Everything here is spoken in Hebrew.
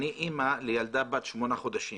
אני אמא לילדה בת שמונה חודשים,